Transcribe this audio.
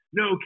no